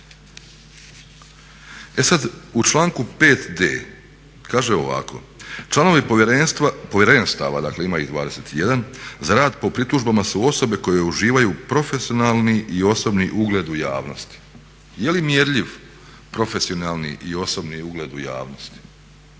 E sad, u članku 5.d kaže ovako: "Članovi povjerenstva, dakle ima ih 21, za rad po pritužbama su osobe koje uživaju profesionalni i osobni ugled u javnosti." Je li mjerljiv profesionalni i osobni uglade u javnosti?